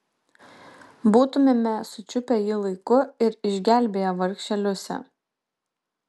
būtumėme sučiupę jį laiku ir išgelbėję vargšę liusę